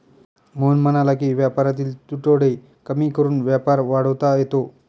मोहन म्हणाला की व्यापारातील तुटवडे कमी करून व्यापार वाढवता येतो